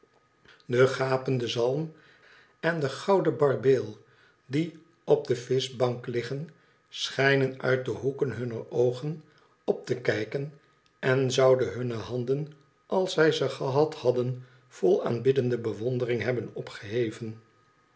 de gapende zalm en de gouden barbeel die op de vischbank liggen schijnen uit de hoeken hunner oogen op te kijken en zouden hunne handen als zij ze gehad hadden vol aanbiddende bewondering hebben opgeheven